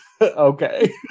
Okay